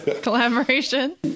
collaboration